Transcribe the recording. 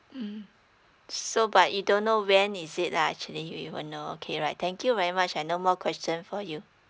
mmhmm so but you don't know when is it lah actually we will know okay right thank you very much I've no more question for you